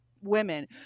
women